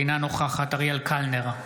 אינה נוכחת אריאל קלנר,